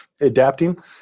Adapting